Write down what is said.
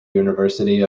university